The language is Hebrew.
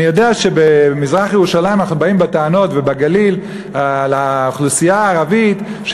אני יודע שאנחנו באים בטענות לאוכלוסייה הערבית במזרח-ירושלים